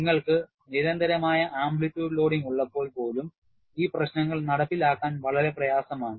നിങ്ങൾക്ക് നിരന്തരമായ amplitude loading ഉള്ളപ്പോൾ പോലും ഈ പ്രശ്നങ്ങൾ നടപ്പിലാക്കാൻ വളരെ പ്രയാസമാണ്